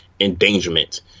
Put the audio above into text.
endangerment